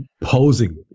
posing